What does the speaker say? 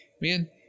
man